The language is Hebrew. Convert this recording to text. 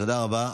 תודה רבה.